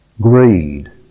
greed